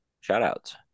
shout-outs